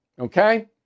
Okay